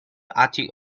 attic